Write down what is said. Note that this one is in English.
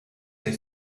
they